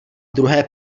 druhé